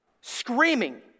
screaming